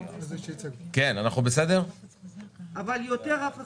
כי כמו שנאמר פה באמת יש חשיבות מאוד גדולה